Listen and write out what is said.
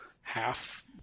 half